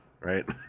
right